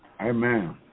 Amen